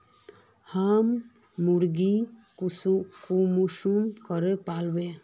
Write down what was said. हम मुर्गा कुंसम करे पालव?